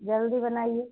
जल्दी बनाइए